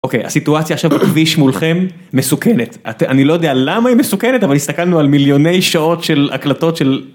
אוקיי, הסיטואציה עכשיו בכביש מולכם מסוכנת, אני לא יודע למה היא מסוכנת אבל הסתכלנו על מיליוני שעות של הקלטות של...